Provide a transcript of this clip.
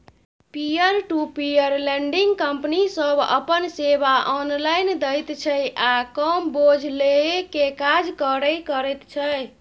peer to peer lending company सब अपन सेवा ऑनलाइन दैत छै आ कम बोझ लेइ के काज करे करैत छै